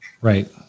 Right